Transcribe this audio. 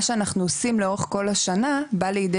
מה שאנחנו עושים לאורך כל השנה בא לידי